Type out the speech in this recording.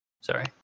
Sorry